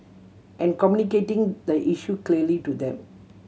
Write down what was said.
and communicating the issue clearly to them